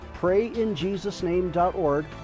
PrayInJesusName.org